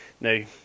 now